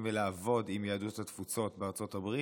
ולעבוד עם יהדות התפוצות בארצות הברית,